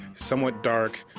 somewhat dark,